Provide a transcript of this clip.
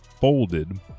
folded